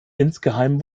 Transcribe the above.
insgeheim